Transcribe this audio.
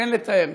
אין לתאר.